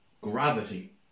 Gravity